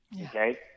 okay